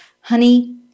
honey